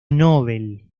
novel